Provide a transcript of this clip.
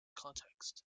context